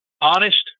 Honest